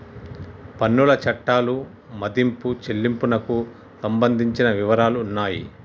పన్నుల చట్టాలు మదింపు చెల్లింపునకు సంబంధించిన వివరాలు ఉన్నాయి